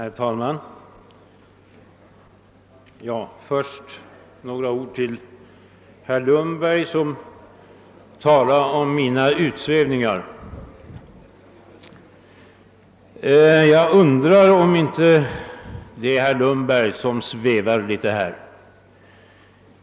Herr talman! Först några ord till herr Lundberg, som talade om mina utsvävningar! Jag undrar om det inte är herr Lundberg som svävar ut.